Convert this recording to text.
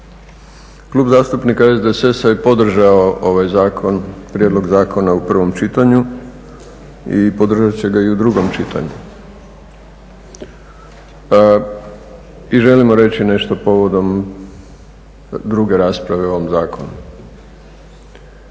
Klub zastupnika SDSS-a je podržao ovaj Zakon, Prijedlog zakona u prvom čitanju i podržati će ga i u drugom čitanju. I želimo reći nešto povodom druge rasprave o ovom zakonu.